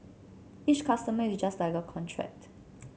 each customer is just like a contract